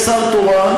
יש שר תורן.